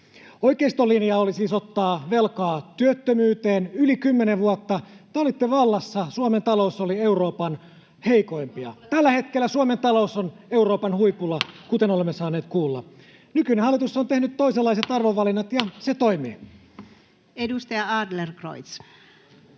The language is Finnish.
Oikeiston linja oli siis ottaa velkaa työttömyyteen. Yli 10 vuotta te olitte vallassa, Suomen talous oli Euroopan heikoimpia. Tällä hetkellä Suomen talous on Euroopan huipulla, kuten olemme saaneet kuulla. Nykyinen hallitus on tehnyt toisenlaiset arvovalinnat, ja se toimii. [Speech